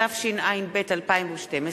התשע"ב 2012,